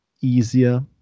easier